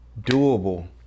doable